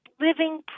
living